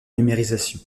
numérisation